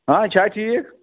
ہا چھا ٹھیٖک